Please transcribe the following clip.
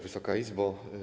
Wysoka Izbo!